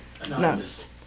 Anonymous